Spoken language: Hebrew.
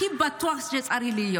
הכי בטוח שצריך להיות,